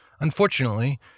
Unfortunately